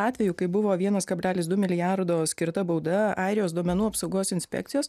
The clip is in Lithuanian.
atveju kai buvo vienas kablelis du milijardo skirta bauda airijos duomenų apsaugos inspekcijos